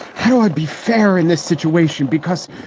how do i be fair in this situation? because,